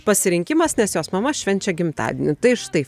pasirinkimas nes jos mama švenčia gimtadienį tai štai